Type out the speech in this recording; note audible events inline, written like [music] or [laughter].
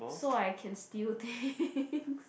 so I can steal things [laughs]